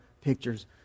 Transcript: pictures